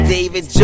David